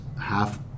half